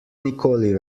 nikoli